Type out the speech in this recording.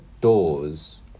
doors